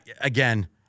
Again